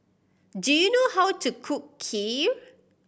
do you know how to cook Kheer